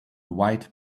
white